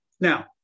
Now